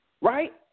right